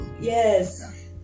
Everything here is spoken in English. Yes